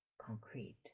concrete